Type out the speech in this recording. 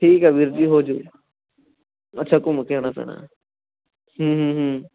ਠੀਕ ਹੈ ਵੀਰ ਜੀ ਹੋਜੂ ਅੱਛਾ ਘੁੰਮ ਕੇ ਆਉਣਾ ਪੈਣਾ ਹਮ ਹਮ ਹਮ